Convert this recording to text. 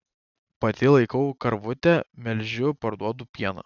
pati laikau karvutę melžiu parduodu pieną